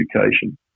education